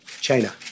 China